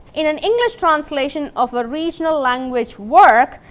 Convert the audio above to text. in an english translation of a regional language work,